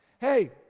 Hey